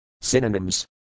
synonyms